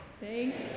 thanks